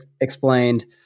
explained